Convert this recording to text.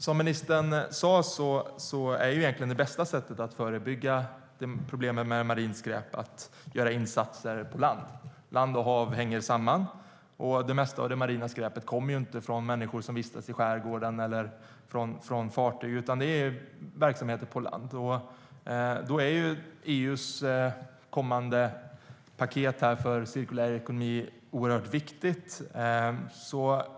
Som ministern sa är det bästa sättet att förebygga problemet med marint skräp att göra insatser på land. Land och hav hänger samman. Det mesta av det marina skräpet kommer inte från människor som vistas i skärgården eller från fartyg, utan det kommer från verksamheter på land. Där är EU:s kommande paket för cirkulär ekonomi oerhört viktigt.